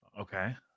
Okay